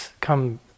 come